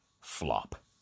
flop